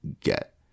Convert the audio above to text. get